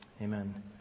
Amen